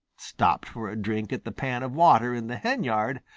stopped for a drink at the pan of water in the henyard,